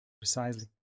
Precisely